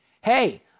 Hey